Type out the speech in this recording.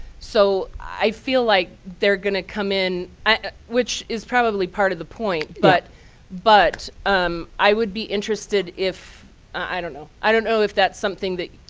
so i feel like they're going to come in which is probably part of the point, but but um i would be interested if i don't know. i don't know if that's something that